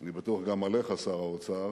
אני בטוח שגם עליך, שר האוצר,